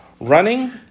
running